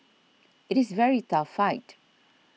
it is very tough fight